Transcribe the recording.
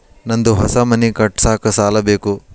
ನಂದು ಹೊಸ ಮನಿ ಕಟ್ಸಾಕ್ ಸಾಲ ಬೇಕು